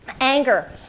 anger